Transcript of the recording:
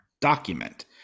document